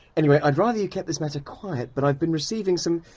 anyway, i'd rather you kept this matter quiet, but i've been receiving some,